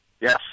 Yes